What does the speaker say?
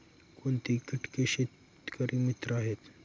कोणती किटके शेतकरी मित्र आहेत?